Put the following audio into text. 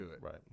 right